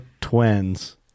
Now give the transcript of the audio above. twins